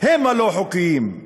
הם לא-חוקיים.